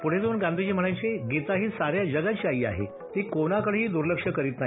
पुढे जाऊन गांधीजी म्हणायचे गीता ही साऱ्या जगाची आई आहे ती कोणाकडेही दूर्लक्ष करत नाही